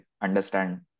understand